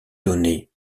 données